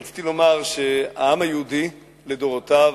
רציתי לומר שהעם היהודי לדורותיו,